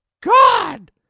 God